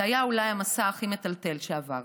זה היה אולי המסע הכי מטלטל שעברתי.